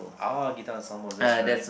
ah guitar ensemble that's right